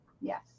Yes